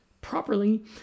properly